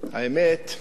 האמת,